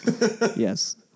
Yes